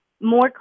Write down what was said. more